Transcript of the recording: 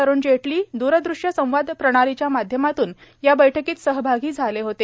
अरुण जेटली द्रदृश्य संवाद प्रणालीच्या माध्यमातून या बैठकीत सहभागी झाले होते